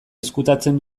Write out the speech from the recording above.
ezkutatzen